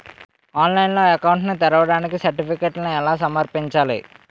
ఆన్లైన్లో అకౌంట్ ని తెరవడానికి సర్టిఫికెట్లను ఎలా సమర్పించాలి?